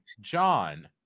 John